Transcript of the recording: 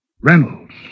Reynolds